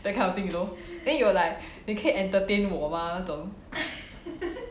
that kind of thing you know then you will like 你可以 entertain 我吗这种